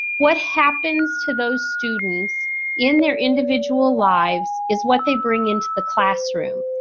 what happens to those students in their individual lives is what they bring into the classroom.